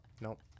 nope